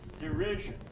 Derision